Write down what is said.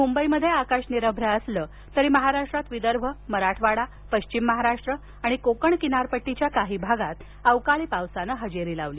मुंबईत आकाश निरभ्र असलं तरी महाराष्ट्रात विदर्भ मराठवाडा पश्चिम महाराष्ट्र आणि कोकण किनारपट्टीच्या काही भागात काल अवकाळी पावसानं हजेरी लावली